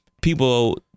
people